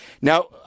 Now